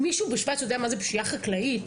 מישהו בשוויץ יודע מה זה פשיעה חקלאית?